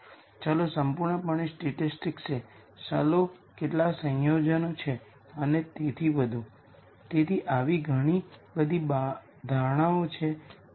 તેથી જ્યારે કોઈ એક આઇગન વૅલ્યુઝ 0 બને છે તો પછી આપણી પાસે આ સમીકરણ છે જે Aν 0